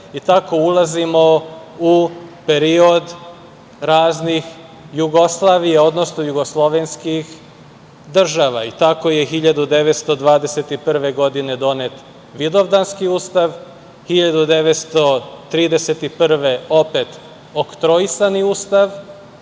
i tako ulazimo u period raznih Jugoslavija, odnosno jugoslovenskih država i tako je 1921. godine donet Vidovdanski ustav, 1931. godine opet Oktroisani ustav,